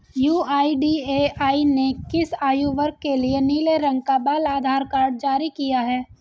UIDAI ने किस आयु वर्ग के लिए नीले रंग का बाल आधार कार्ड जारी किया है?